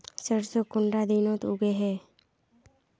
सरसों कुंडा दिनोत उगैहे?